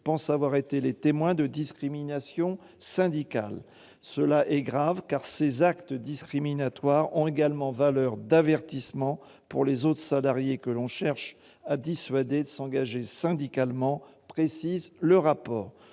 eux pensent avoir été les témoins de discriminations syndicales. Cela est grave : ces actes discriminatoires ont également « valeur d'avertissement pour les autres salariés que l'on cherche à dissuader de s'engager syndicalement », précise le rapport.